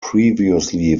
previously